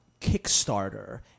Kickstarter